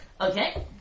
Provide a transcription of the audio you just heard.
Okay